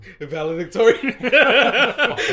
valedictorian